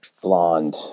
blonde